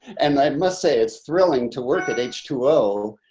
and i must say it's thrilling to work at h two o.